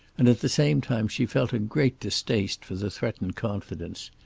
and at the same time she felt a great distaste for the threatened confidence.